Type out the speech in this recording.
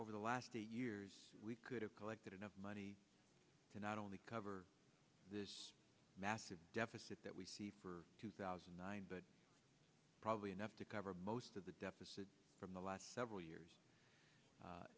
over the last eight years we could have collected enough money to not only cover this massive deficit that we keep for two thousand and nine but probably enough to cover most of the deficit from the last several years